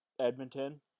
Edmonton